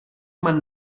man